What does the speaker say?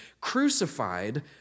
crucified